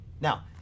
Now